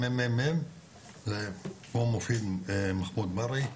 ה-ממ"מ פה מופיע מחמוד מרי,